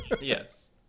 Yes